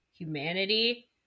humanity